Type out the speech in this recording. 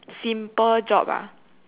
simple job ah